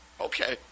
Okay